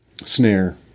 snare